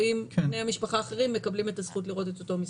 האם בני המשפחה האחרים מקבלים את הזכות לראות את אותו מסמך?